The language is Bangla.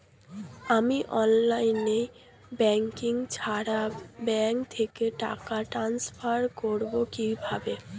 আমি অনলাইন ব্যাংকিং ছাড়া ব্যাংক থেকে টাকা ট্রান্সফার করবো কিভাবে?